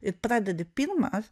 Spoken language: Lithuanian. ir pradedi pirmas